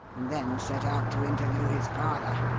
and then set out to interview his father.